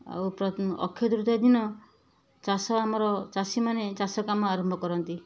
ଆଉ ପ୍ର ଅକ୍ଷୟତୃତୀୟା ଦିନ ଚାଷ ଆମର ଚାଷୀମାନେ ଚାଷ କାମ ଆରମ୍ଭ କରନ୍ତି